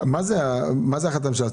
מה זה החלטת הממשלה?